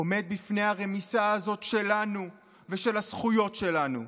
עומד בפני הרמיסה הזאת שלנו ושל הזכויות שלנו.